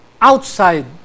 outside